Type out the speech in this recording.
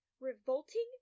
Revolting